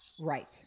Right